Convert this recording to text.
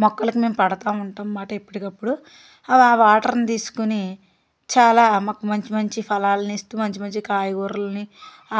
మొక్కలకి మేము పడుతు ఉంటాం అన్నమాట ఎప్పటికప్పుడు ఆ వాటర్ని తీసుకుని చాలా మాకు మంచి మంచి ఫలాలని ఇస్తు మంచి మంచి కాయగూరలని